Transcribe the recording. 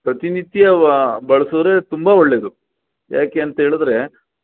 ಪ್ರತಿನಿತ್ಯ ಬಳಸೋರೇ ತುಂಬ ಒಳ್ಳೆಯದು ಯಾಕೆಂತೇಳಿದರೆ